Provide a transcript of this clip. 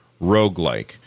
roguelike